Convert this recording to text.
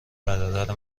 برادر